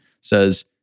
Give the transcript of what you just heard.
says